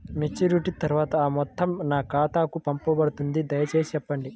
Maturity తర్వాత ఆ మొత్తం నా ఖాతాకు పంపబడుతుందా? దయచేసి చెప్పండి?